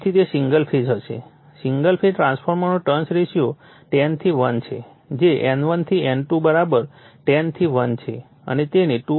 તેથી તે single phase હશે સિંગલ ફેઝ ટ્રાન્સફોર્મરનો ટર્ન્સ રેશિયો 10 થી 1 છે જે N1 થી N2 10 થી 1 છે અને તેને 2